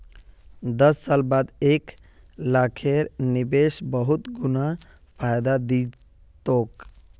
दस साल बाद एक लाखेर निवेश बहुत गुना फायदा दी तोक